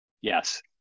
yes